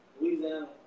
Louisiana